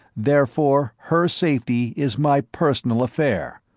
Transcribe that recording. therefore her safety is my personal affair.